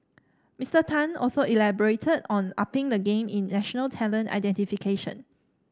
Mister Tan also elaborated on upping the game in national talent identification